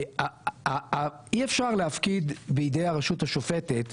אי אפשר להפקיד בידי הרשות השופטת,